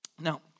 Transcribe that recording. Now